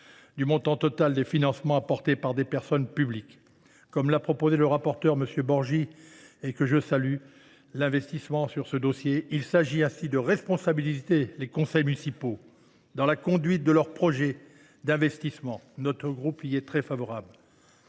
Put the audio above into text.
du montant total des financements apportés par des personnes publiques. Comme l’a proposé le rapporteur, dont je salue le travail, il s’agit ainsi de responsabiliser les conseils municipaux dans la conduite de leurs projets d’investissement. Notre groupe y est très favorable.